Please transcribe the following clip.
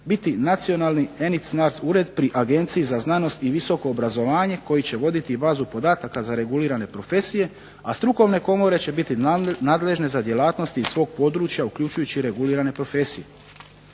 biti nacionalni ENIC/NARIC ured pri Agenciji za znanost i visoko obrazovanje, koji će voditi i bazu podataka za regulirane profesije, a strukovne komore će biti nadležne za djelatnosti iz svog područja uključujući regulirane profesije.